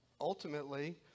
ultimately